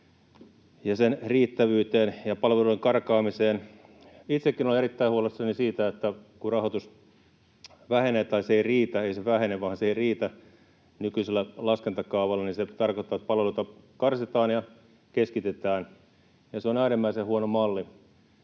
sen riittävyyteen ja palveluiden karkaamiseen. Itsekin olen erittäin huolissani siitä, että kun rahoitus ei riitä nykyisellä laskentakaavalla, niin se tarkoittaa, että palveluita karsitaan ja keskitetään, ja se on äärimmäisen huono malli.